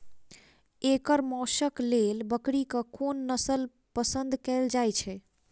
एकर मौशक लेल बकरीक कोन नसल पसंद कैल जाइ छै?